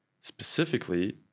Specifically